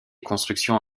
constructions